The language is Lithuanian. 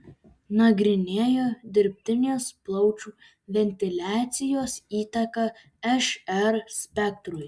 nagrinėjo dirbtinės plaučių ventiliacijos įtaką šr spektrui